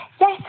yes